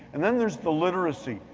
and then there's the literacy.